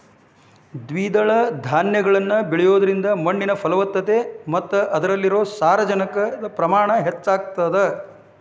ದ್ವಿದಳ ಧಾನ್ಯಗಳನ್ನ ಬೆಳಿಯೋದ್ರಿಂದ ಮಣ್ಣಿನ ಫಲವತ್ತತೆ ಮತ್ತ ಅದ್ರಲ್ಲಿರೋ ಸಾರಜನಕದ ಪ್ರಮಾಣ ಹೆಚ್ಚಾಗತದ